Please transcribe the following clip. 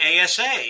ASA